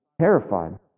terrified